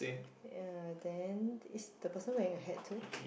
ya then is the person wearing a hat too